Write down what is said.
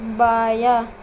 بایاں